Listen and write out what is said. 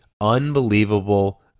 unbelievable